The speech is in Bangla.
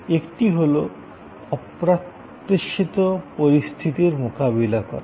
একটি হল অপ্রত্যাশিত পরিস্থিতির মোকাবিলা করার